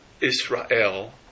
Israel